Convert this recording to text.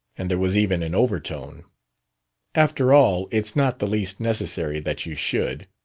and there was even an overtone after all, it's not the least necessary that you should.